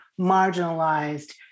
marginalized